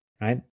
right